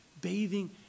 bathing